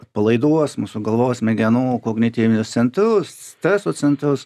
atpalaiduos mūsų galvos smegenų kognityvinius centrus streso centrus